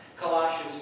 Colossians